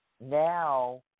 now